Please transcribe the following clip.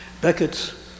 Beckett's